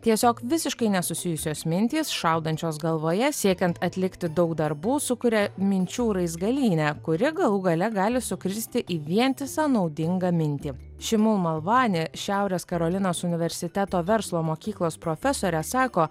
tiesiog visiškai nesusijusios mintys šaudančios galvoje siekiant atlikti daug darbų sukuria minčių raizgalynę kuri galų gale gali sukristi į vientisą naudingą mintį šimu malvani šiaurės karolinos universiteto verslo mokyklos profesorė sako